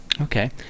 Okay